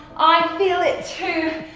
i feel it too!